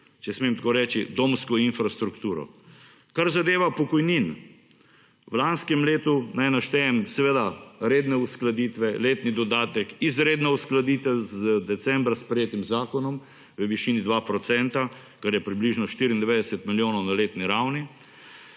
če smem tako reči, domsko infrastrukturo. Kar zadeva pokojnine. V lanskem letu – naj naštejem – redne uskladitve, letni dodatek, izredna uskladitev z decembra sprejetim zakonom v višini 2 %, kar je približno 94 milijonov na letni ravni,